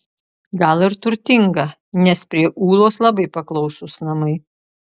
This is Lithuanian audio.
gal ir turtinga nes prie ūlos labai paklausūs namai